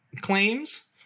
claims